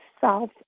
south